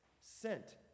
sent